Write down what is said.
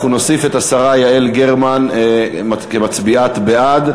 אנחנו נוסיף את השרה יעל גרמן כמצביעה בעד.